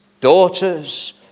daughters